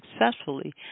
successfully